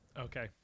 Okay